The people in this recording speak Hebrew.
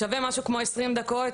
שווה משהו כמו 20 דקות